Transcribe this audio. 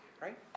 Right